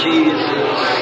Jesus